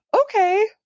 Okay